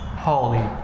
holy